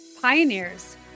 pioneers